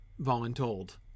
voluntold